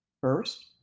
First